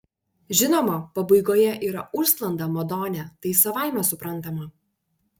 žinoma pabaigoje yra užsklanda madone tai savaime suprantama